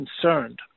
concerned